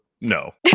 No